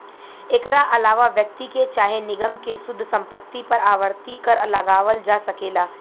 एकरा आलावा व्यक्ति के चाहे निगम के शुद्ध संपत्ति पर आवर्ती कर लगावल जा सकेला